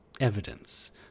evidence